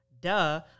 duh